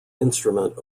instrument